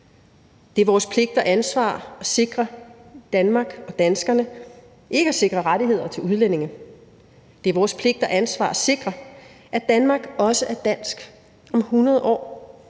Det er vores pligt og ansvar at sikre Danmark og danskerne, ikke at sikre rettigheder til udlændinge. Det er vores pligt og ansvar at sikre, at Danmark også er dansk om 100 år.